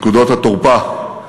נקודות התורפה,